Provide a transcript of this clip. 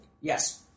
yes